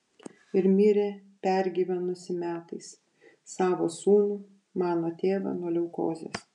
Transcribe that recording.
ir mirė pergyvenusi metais savo sūnų mano tėvą nuo leukozės